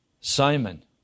Simon